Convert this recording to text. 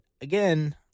again